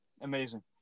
amazing